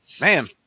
man